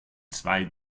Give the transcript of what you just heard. zwei